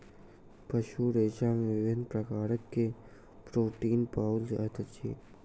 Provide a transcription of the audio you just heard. पशु रेशा में विभिन्न प्रकार के प्रोटीन पाओल जाइत अछि